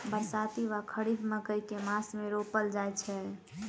बरसाती वा खरीफ मकई केँ मास मे रोपल जाय छैय?